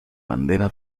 bandera